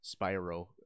Spyro